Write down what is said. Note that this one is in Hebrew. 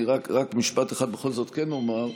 רק משפט אחד בכל זאת כן אומר,